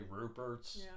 Rupert's